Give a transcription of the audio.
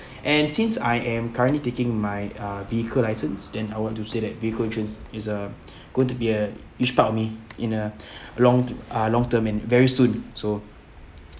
and since I am currently taking my uh vehicle license then I want to say that be cautious it's uh going to be a each part of me in a long uh long term and very soon so